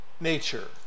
nature